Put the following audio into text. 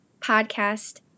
podcast